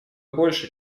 больше